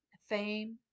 fame